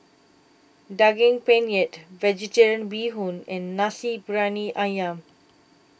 Daging Penyet Vegetarian Bee Hoon and Nasi Briyani Ayam